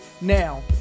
now